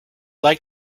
like